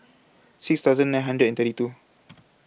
six thousand nine hundred and thirty two